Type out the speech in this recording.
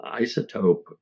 isotope